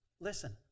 Listen